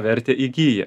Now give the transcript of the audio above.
vertę įgyja